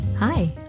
Hi